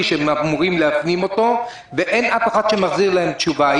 שהם אמורים להפנים אותו ואין אף אחד שמחזיר להם תשובה.